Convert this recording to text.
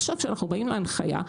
עכשיו כשאנחנו באים להנחיה,